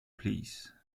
please